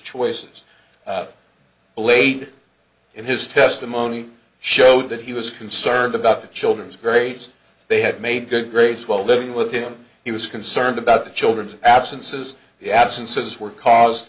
choices late in his testimony showed that he was concerned about the children's grades they had made good grades while living with him he was concerned about the children's absences the absences were caused